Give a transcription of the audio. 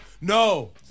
No